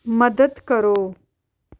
ਮਦਦ ਕਰੋ